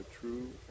true